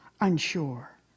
unsure